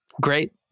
great